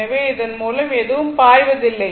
எனவே இதன் மூலம் எதுவும் பாய்வதில்லை